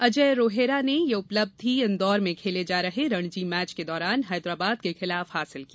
अजय ने यह उपलब्धि इंदौर में खेले जा रहे रणजी मैच के दौरान हैदराबाद के खिलाफ हासिल की